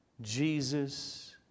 Jesus